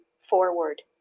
forward